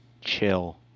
chill